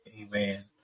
Amen